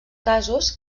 casos